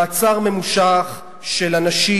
מעצר ממושך של אנשים.